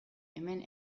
hemen